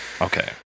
okay